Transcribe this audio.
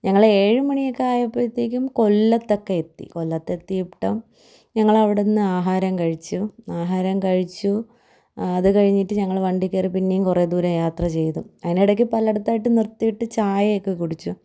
ഞങ്ങള് ഏഴ് മണിയൊക്കെ ആയപ്പോഴത്തേക്കും കൊല്ലത്തൊക്കെ എത്തി കൊല്ലത്തെത്തിയിട്ടും ഞങ്ങളവിടെനിന്ന് ആഹാരം കഴിച്ചു ആഹാരം കഴിച്ചു അത് കഴിഞ്ഞിട്ട് ഞങ്ങള് വണ്ടിയില് കയറി പിന്നെയും കുറേദൂരം യാത്രചെയ്തു അതിനിടയ്ക്ക് പലയിടത്തായിട്ട് നിർത്തിയിട്ട് ചായയൊക്കെ കുടിച്ചു